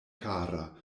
kara